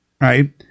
right